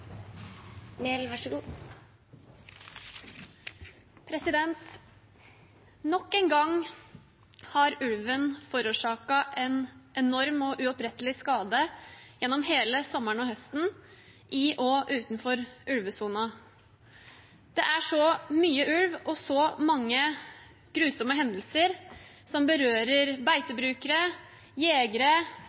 Nok en gang har ulven forårsaket en enorm og uopprettelig skade gjennom hele sommeren og høsten, i og utenfor ulvesonen. Det er så mye ulv og så mange grusomme hendelser som berører beitebrukere, jegere,